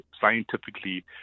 scientifically